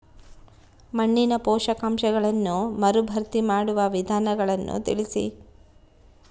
ಮಣ್ಣಿನ ಪೋಷಕಾಂಶಗಳನ್ನು ಮರುಭರ್ತಿ ಮಾಡುವ ವಿಧಾನಗಳನ್ನು ತಿಳಿಸಿ?